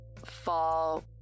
fall